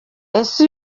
ese